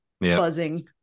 buzzing